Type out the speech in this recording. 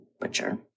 Butcher